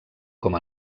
com